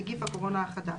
נגיף הקורונה החדש